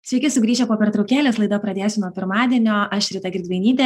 sveiki sugrįžę po pertraukėlės laida pradėsiu nuo pirmadienio aš rita girdvainytė